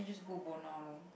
go Buona lor